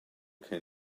can